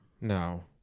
No